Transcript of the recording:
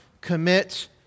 commit